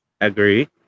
Agree